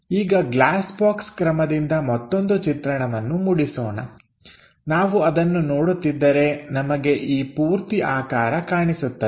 ಈಗ glass box ಕ್ರಮದಿಂದ ಮತ್ತೊಂದು ಚಿತ್ರಣವನ್ನು ಮೂಡಿಸೋಣ ನಾವು ಅದನ್ನು ನೋಡುತ್ತಿದ್ದರೆ ನಮಗೆ ಈ ಪೂರ್ತಿ ಆಕಾರ ಕಾಣಿಸುತ್ತದೆ